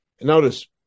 Notice